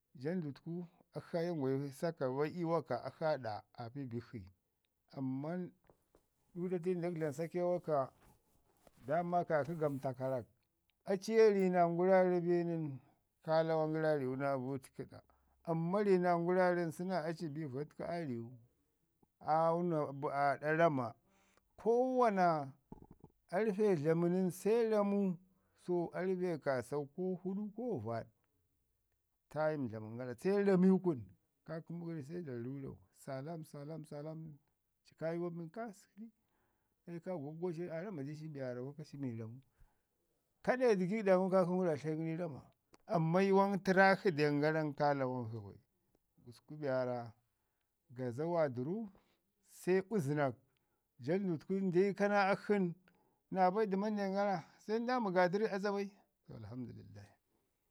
Jandu təku akshi aa ye ngwayi saka bai ii waka bai akshi aa ɗa aa pi bikshi. Amman ɗuutatin ndak dlama sake waka, daaman kaakə gam takarak, aci ye rin naa nguwaru bi nən, ka lawan gəri aa riwu naa butkə na amman ri naa ngurarun səna aci bi vatku aa riwu, aa wuna aa ɗa rama, ko wana ƙarpe dlamu nən se ramu, sau ƙarpe kaasau, so ƙarpe kaasau, ko fuɗu ko vaɗ time dlami gara se rami kun, kaa kəmu gara se dlamu gurau saalam, saalam, saalam, ci kaa yuwan bi nən kaa zagi, kai ka agogo cin aa rama di ci be mi warra lokaci mi dlamu. Kaɗe dəgigəɗa ngum kaa kəmu aa tlayin gəri rama, amman yuwan tərrak shi den garan ka lawan shi bai. Gusku be waara gaza wa dəru, se uzənak, jandutku nda ika naa akshi nən nabai dəman dan gara se ndami gaa dərni azabai. To Alhamdulillah.